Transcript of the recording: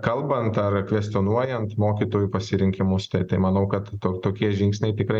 kalbant ar kvestionuojant mokytojų pasirinkimus tai tai manau kad to tokie žingsniai tikrai